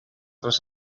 dros